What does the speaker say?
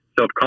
self